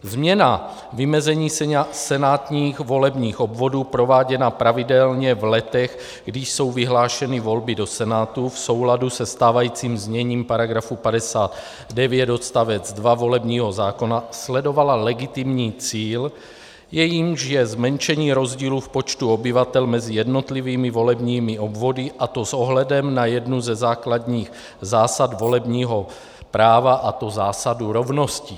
Změna vymezení senátních volebních obvodů prováděná pravidelně v letech, kdy jsou vyhlášeny volby do Senátu, v souladu se stávajícím zněním § 59 odst. 2 volebního zákona sledovala legitimní cíl, jímž je zmenšení rozdílu v počtu obyvatel mezi jednotlivými volebními obvody, a to s ohledem na jednu ze základních zásad volebního práva, a to zásadu rovnosti.